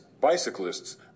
bicyclists